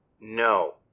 no